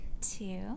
two